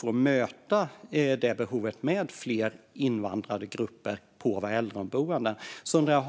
för att möta de behov som fler invandrade grupper på våra äldreboenden skapar.